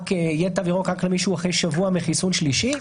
יהיה תו ירוק למישהו רק אחרי שבוע מאז החיסון השלישי,